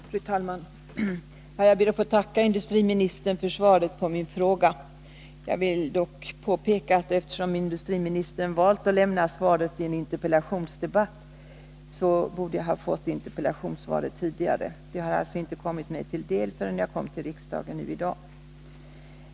Fru talman! Jag ber att få tacka industriministern för svaret på min fråga. Jag vill dock påpeka att eftersom industriministern valt att lämna svaret i en interpellationsdebatt, så borde jag ha fått svaret tidigare. Det har inte kommit mig till del förrän jag kom hit till riksdagen nu i dag.